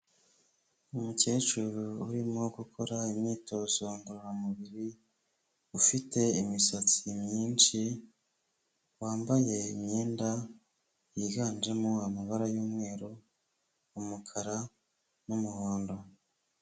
Umukecuru urimo gukora imyitozo ngororamubiri, ufite imisatsi myinshi wambaye imyenda yiganjemo amabara y'umweru, umukara n'umuhondo.